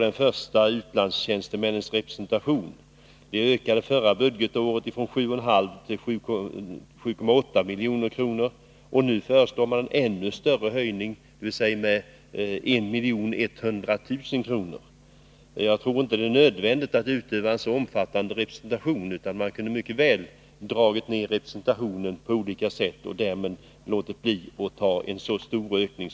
Den första gäller utlandstjänstemännens representation, som förra budgetåret ökade från 7,5 till 7,8 milj.kr. Nu föreslås en ännu större ökning, med 1,1 milj.kr. Jag tror inte att det är nödvändigt att utöva en så omfattande representation, utan man kunde mycket väl ha dragit ner representationen på olika sätt i stället för att medge en så stor ökning.